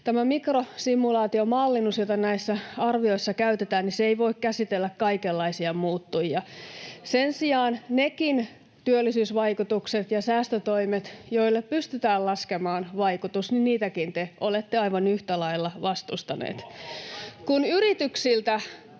mikrosimulaatiomallinnus, jota näissä arvioissa käytetään, ei voi käsitellä kaikenlaisia muuttujia. Sen sijaan niitäkin työllisyysvaikutuksia ja säästötoimia, joille pystytään laskemaan vaikutus, te olette aivan yhtä lailla vastustaneet.